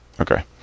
okay